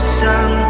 sun